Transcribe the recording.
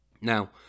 Now